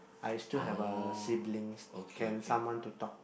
I still have uh siblings can someone to talk to